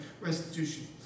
restitution